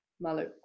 Malu